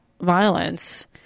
violence